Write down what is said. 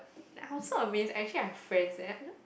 like I also amazed actually I have friends eh I don't